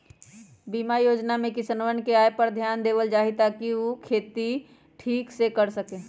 बीमा योजना में किसनवन के आय पर ध्यान देवल जाहई ताकि ऊ खेती ठीक तरह से कर सके